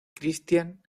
christian